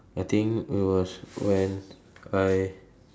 I think it was when I